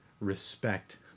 respect